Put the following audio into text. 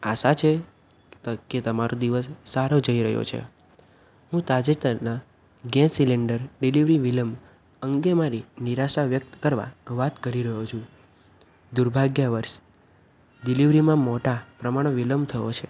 આશા છે કે તમારો દિવસ સારો જઈ રહ્યો છે હું તાજેતરના ગેસ સિલેન્ડર ડિલિવરી વિલંબ અંગે મારી નિરાશા વ્યક્ત કરવા વાત કરી રહ્યો છું દુર્ભાગ્ય વશ ડિલિવરીમાં મોટા પ્રમાણે વિલંબ થયો છે